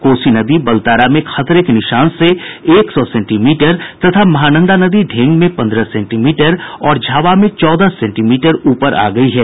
कोसी नदी बलतारा में खतरे के निशान से एक सौ सेंटीमीटर तथा महानंदा नदी ढ़ेग में पन्द्रह सेंटीमीटर और झावा में चौदह सेंटीमीटर ऊपर आ गयी है